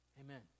Amen